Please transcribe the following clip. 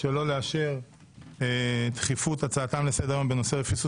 שלא לאשר דחיפות הצעתם לסדר-היום בנושא "רפיסות